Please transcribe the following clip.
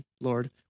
Lord